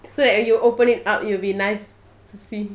so that when you open it up it will be nice to see